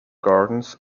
gardens